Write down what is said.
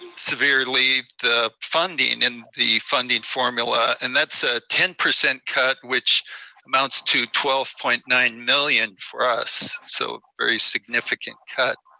severely the funding, and the funding formula. and that's a ten percent cut, which amounts to twelve point nine million for us. so very significant cut.